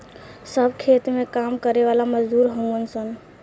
सब खेत में काम करे वाला मजदूर हउवन सन